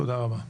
תודה רבה.